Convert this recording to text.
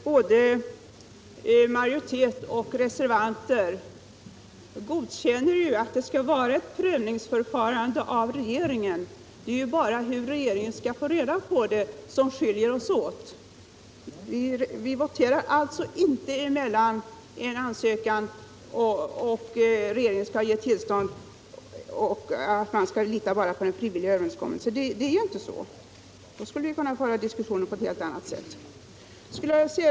Både majoritet och reservanter godkänner att regeringen skall göra en prövning. Det är bara uppfattningen om sättet att ge regeringen kännedom om det hela som skiljer sig åt. Vi voterar alltså inte mellan antingen en ansökan till regeringen om tillstånd eller en frivillig överenskommelse. Så är det inte. Då skulle vi föra diskussionen på ett helt annat sätt.